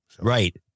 Right